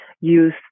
use